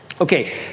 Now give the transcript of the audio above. Okay